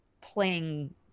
playing